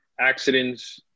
accidents